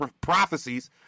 prophecies